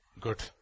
good